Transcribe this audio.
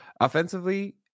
Offensively